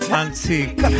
antique